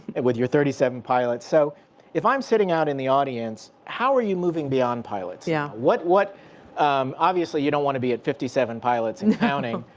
with your thirty seven pilots. so if i'm sitting out in the audience, how are you moving beyond pilots? yeah. what, um obviously, you don't want to be at fifty seven pilots and counting.